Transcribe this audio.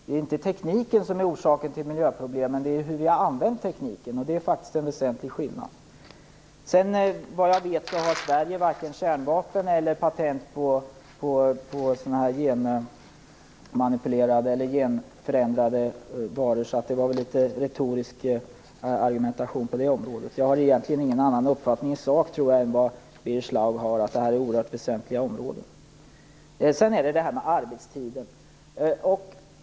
Det är inte tekniken som är orsaken till miljöproblemen, det är hur vi har använt tekniken. Det är faktiskt en väsentlig skillnad. Sverige har vad jag vet varken kärnvapen eller patent på genförändrade varor, så det var väl en litet retorisk argumentation på det området. Jag har egentligen ingen annan uppfattning i sak än vad Birger Schlaug har, tror jag. Det här är oerhört väsentliga områden. Sedan är det detta med arbetstiden.